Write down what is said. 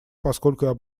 поскольку